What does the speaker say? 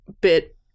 bit